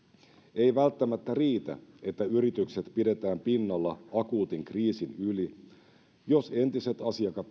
ei välttämättä riitä että yritykset pidetään pinnalla akuutin kriisin yli jos entiset